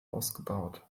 ausgebaut